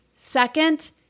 Second